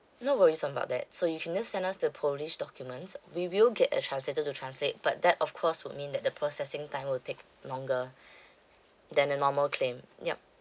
no worries about that so you can just send us the polish documents we will get a translator to translate but that of course would mean that the processing time will take longer than the normal claim yup